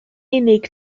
unig